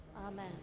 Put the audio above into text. Amen